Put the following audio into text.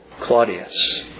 Claudius